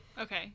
Okay